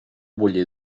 bullir